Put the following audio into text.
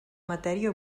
matèria